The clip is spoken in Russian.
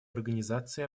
организации